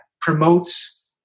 promotes